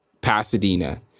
Pasadena